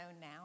now